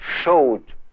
showed